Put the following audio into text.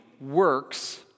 works